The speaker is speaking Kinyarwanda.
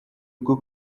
rwo